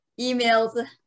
emails